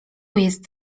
jest